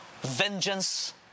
Vengeance